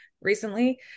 recently